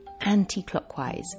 anti-clockwise